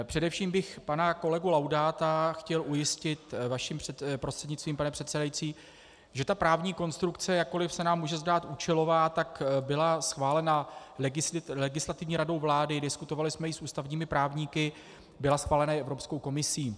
Především bych pana kolegu Laudáta chtěl ujistit vaším prostřednictvím, pane předsedající, že ta právní konstrukce, jakkoli se nám může zdát účelová, byla schválena Legislativní radou vlády, diskutovali jsme ji s ústavními právníky, byla schválena i Evropskou komisí.